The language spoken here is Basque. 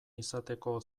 izateko